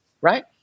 right